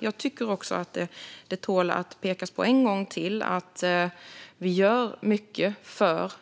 Det tål också att påpekas en gång till att vi gör mycket för